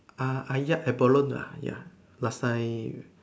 Ah-Yat abalone yet last time